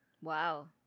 wow